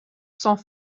sont